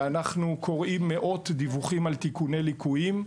אנחנו קוראים מאות דיווחים על תיקוני ליקויים.